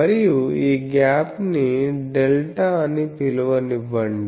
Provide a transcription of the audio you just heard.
మరియు ఈ గ్యాప్ ని డెల్టాΔ అని పిలవనివ్వండి